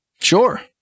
Sure